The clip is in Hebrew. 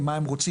מה הם רוצים,